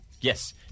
Yes